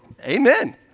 Amen